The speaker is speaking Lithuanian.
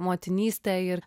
motinystę ir